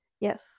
Yes